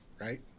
right